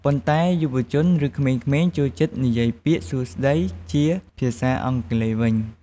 ប៉ុន្តែ យុវជន ឬ ក្មេងៗ ចូលចិត្ត និយាយពាក្យ “សួស្តី” ជាភាសាអង់គ្លេសវិញ។